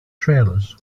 trailers